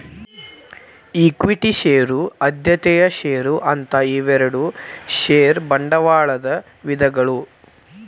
equity share ಆದ್ಯತೆಯ share ಅಂತ ಇವೆರಡು ಷೇರ ಬಂಡವಾಳದ ವಿಧಗಳು